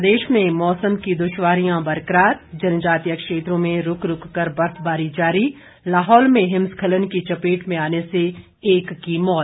प्रदेश में मौसम की दुश्वारियां बरकरार जनजातीय क्षेत्रों में रूक रूक कर बर्फबारी जारी लाहौल में हिमस्खलन की चपेट में आने से एक की मौत